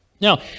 Now